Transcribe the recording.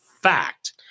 fact